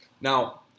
Now